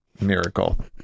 miracle